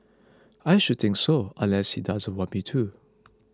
I should think so unless he doesn't want me to